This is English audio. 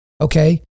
okay